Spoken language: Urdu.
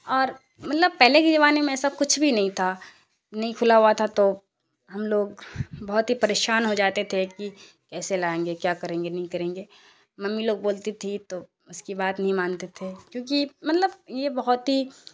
اور مطلب پہلے کے زمانے میں ایسا کچھ بھی نہیں تھا نہیں کھلا ہوا تھا تو ہم لوگ بہت ہی پریشان ہو جاتے تھے کہ کیسے لائیں گے کیا کریں گے نہیں کریں گے ممی لوگ بولتی تھیں تو اس کی بات نہیں مانتے تھے کیونکہ مطلب یہ بہت ہی